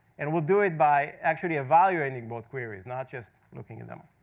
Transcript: and we'll do it by actually evaluating both queries, not just looking at them.